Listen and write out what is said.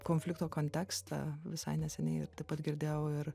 konflikto kontekstą visai neseniai ir taip pat girdėjau ir